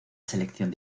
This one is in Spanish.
selección